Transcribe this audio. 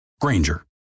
Granger